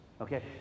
okay